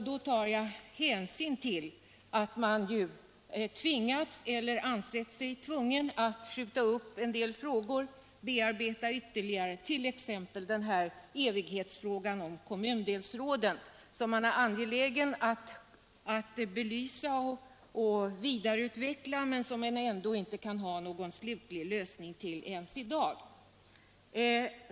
Då tar jag hänsyn till att man tvingats eller ansett sig tvungen att skjuta upp en del frågor för ytterligare bearbetning, t.ex. evighetsfrågan om kommundelsråden som man är angelägen om att belysa och vidareutveckla men som man väl inte har någon slutlig lösning på ens i dag.